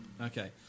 Okay